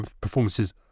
performances